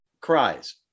cries